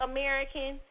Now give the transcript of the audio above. American